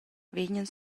vegnan